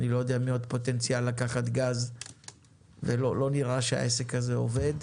אני לא יודע מי עוד פוטנציאל לקחת גז ולא נראה שהעסק הזה עובד.